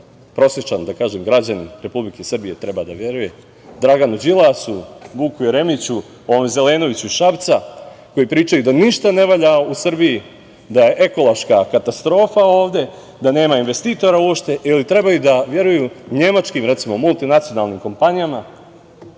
prosečan, da kažem, građanin Republike Srbije treba da veruje? Draganu Đilasu, Vuku Jeremiću, ovom Zelenoviću iz Šapca koji pričaju da ništa ne valja u Srbiji, da je ekološka katastrofa ovde, da nema investitora uopšte ili treba da veruju nemačkim, recimo, multinacionalnim kompanijama,